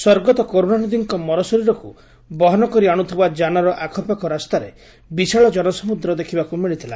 ସ୍ୱର୍ଗତ କରୁଣାନିଧିଙ୍କ ମରଶରୀରକୁ ବହନ କରି ଆଶୁଥିବା ଯାନର ଆଖପାଖ ରାସ୍ତାରେ ବିଶାଳ ଜନସମୁଦ୍ର ଦେଖିବାକୁ ମିଳିଥିଲା